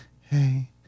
hey